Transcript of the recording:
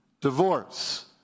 divorce